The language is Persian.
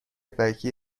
بقیه